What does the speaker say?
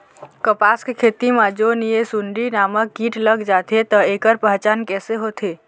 कपास के खेती मा जोन ये सुंडी नामक कीट लग जाथे ता ऐकर पहचान कैसे होथे?